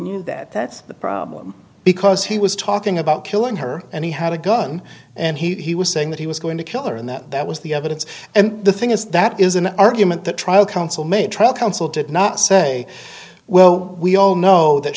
knew that that's the problem because he was talking about killing her and he had a gun and he was saying that he was going to kill her and that that was the evidence and the thing is that is an argument the trial counsel made trial counsel did not say well we all know that